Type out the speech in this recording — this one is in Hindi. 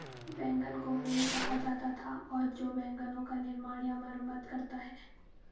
वैगन को वेन कहा जाता था और जो वैगनों का निर्माण या मरम्मत करता है